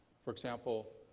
for example,